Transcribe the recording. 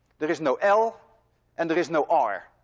there is no l and there is no r.